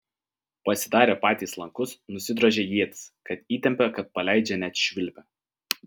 pasidarė patys lankus nusidrožė ietis kad įtempia kad paleidžia net švilpia